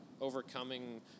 overcoming